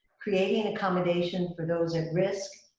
creating accommodation for those at risk,